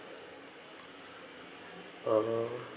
oh